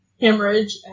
hemorrhage